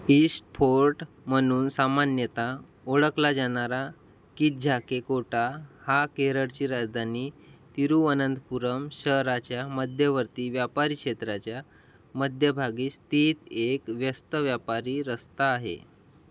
east Fort म्हणून सामान्यता ओळखला जाणारा कि्झाके कोटा हा केरळची राजधानी तिरुवनंतपुरम शहराच्या मध्यवरती व्यापारी मध्यभागी स्थित एक व्यस्त व्यापारी रस्ता आहे